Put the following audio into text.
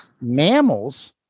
mammals